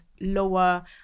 lower